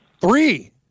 Three